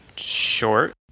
short